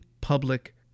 public